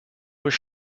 was